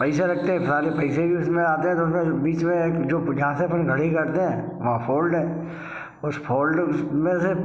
पैसा रखते हैं सारे पैसे भी उसमें आते हैं तो फिर बीच में एक जो में घड़ी करते हैं वहाँ फोल्ड है उस फोल्ड उसमें से